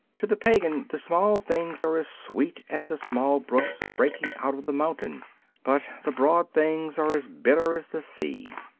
to the pagan the small things are as sweet as the small brooks breaking out of the mountain but the broad things are as bitter as the sea.